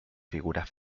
figuras